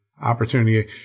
opportunity